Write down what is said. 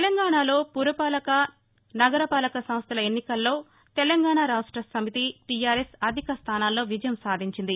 తెలంగాణలో పురపాలక నగర పాలక సంస్లల ఎన్నికల్లో తెలంగాణ రాష్టసమితి టీఆర్ ఎస్ అధిక స్థానాల్లో విజయం సాధించింది